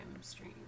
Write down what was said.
stream